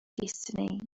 destiny